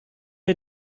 der